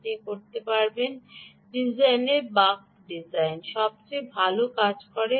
আপনি যা করেন এটি এমন পরিস্থিতি যেখানে আপনার কোনও ডিজাইনে বক সবচেয়ে ভাল কাজ করে